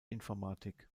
informatik